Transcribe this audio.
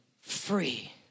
free